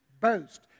boast